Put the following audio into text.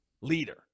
leader